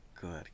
good